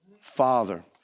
Father